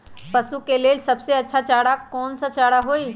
पशु के लेल सबसे अच्छा कौन सा चारा होई?